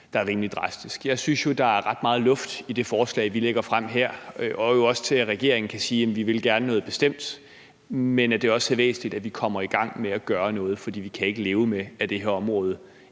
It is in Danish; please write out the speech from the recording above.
der er rimelig drastisk. Jeg synes jo, der er ret meget luft i det forslag, vi lægger frem her, og jo også til, at regeringen kan sige, at de gerne vil noget bestemt, men det er også væsentligt, at vi kommer i gang med at gøre noget, fordi vi ikke kan leve med, at det her område